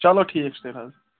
چلو ٹھیٖک چھِ تیٚلہِ حظ